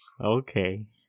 Okay